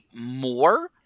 more